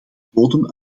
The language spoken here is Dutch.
bodem